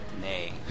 Nay